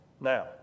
Now